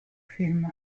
film